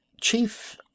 chief